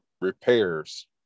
repairs